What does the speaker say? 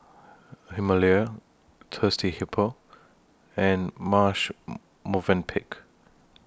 Himalaya Thirsty Hippo and Marche Movenpick